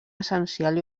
essencial